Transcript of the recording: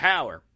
Power